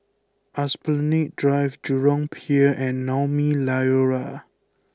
Esplanade Drive Jurong Pier and Naumi Liora